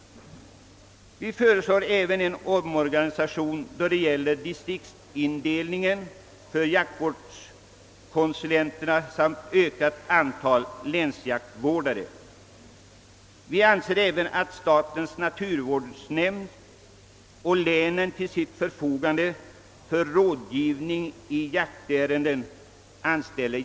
Vi föreslår även en omorganisation av distriktsindelningen för jaktvårdskonsulenterna samt ökat antal länsjaktvårdare. Vi anser också att statens naturvårdsnämnd och länen bör ha jaktråd till sitt förfogande för rådgivning i jaktärenden.